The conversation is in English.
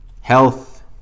health